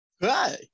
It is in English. Hi